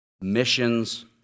missions